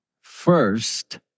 First